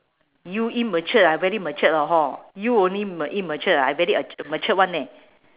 you immature ah I very matured orh hor you only m~ immatured ah I very uh matured [one] leh